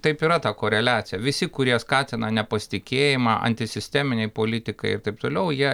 taip yra ta koreliacija visi kurie skatina nepasitikėjimą antisisteminei politikai ir taip toliau jie